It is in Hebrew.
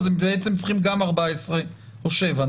אז הם בעצם צריכים גם 14 או שבעה,